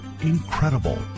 Incredible